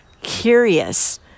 curious